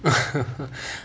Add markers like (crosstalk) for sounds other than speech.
(laughs)